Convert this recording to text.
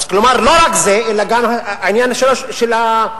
כלומר לא רק זה, אלא גם העניין של עורך-הדין.